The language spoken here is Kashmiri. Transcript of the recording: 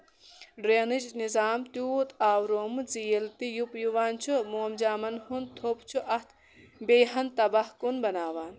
ڈرینیج نِظام تیوٗت آورومُت زِ ییٚلہِ تہِ یپ یِوان چھُ مومجامَن ہُنٛد تھوٚپ چھُ اَتھ بیٚیہِ ہَن تَباہ کُن بَناوان